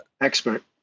expert